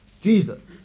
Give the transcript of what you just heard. Jesus